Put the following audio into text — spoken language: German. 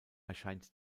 erscheint